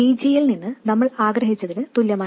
VGയിൽ നിന്ന് നമ്മൾ ആഗ്രഹിച്ചതിന് തുല്യമാണ് ഇത്